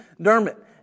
Dermot